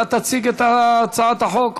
אתה תציג את הצעת החוק?